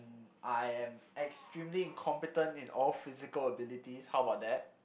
I am extremely incompetent in all physical abilities how about that